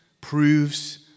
proves